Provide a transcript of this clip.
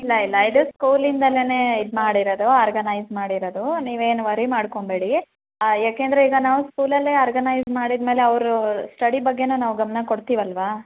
ಇಲ್ಲ ಇಲ್ಲ ಇದು ಸ್ಕೂಲಿಂದನೆ ಇದು ಮಾಡಿರೋದು ಆರ್ಗನೈಸ್ ಮಾಡಿರೋದು ನೀವೇನು ವರಿ ಮಾಡ್ಕೊಬೇಡಿ ಏಕೆಂದ್ರೆ ಈಗ ನಾವು ಸ್ಕೂಲಲ್ಲೇ ಆರ್ಗನೈಸ್ ಮಾಡಿದ ಮೇಲೆ ಅವ್ರ ಸ್ಟಡಿ ಬಗ್ಗೇನೂ ನಾವು ಗಮನ ಕೊಡ್ತೀವಲ್ವಾ